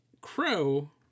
crow